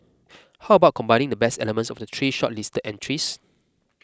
how about combining the best elements of the three shortlisted entries